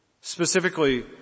specifically